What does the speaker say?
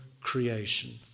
creation